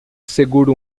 segura